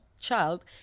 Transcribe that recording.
child